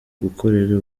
gukorera